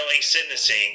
sentencing